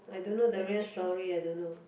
I don't know the real story I don't know